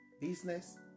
business